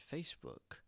Facebook